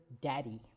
daddy